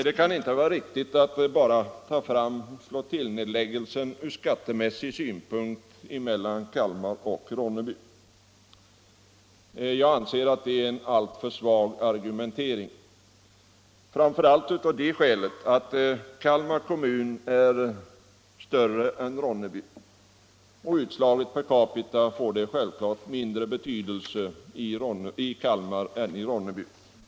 Det kan inte vara riktigt att bara ta hänsyn till vad flottiljnedläggningen innebär ur skattemässig synpunkt för Kalmar resp. Ronneby. Det är en alltför svag argumentering, framför allt av det skälet att Kalmar kommun är större än Ronneby. Utslagen per capita får nedläggningen självfallet mindre betydelse i Kalmar än i Ronneby.